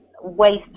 waste